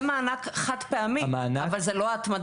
זה מענק חד-פעמי, אבל זה לא התמדה.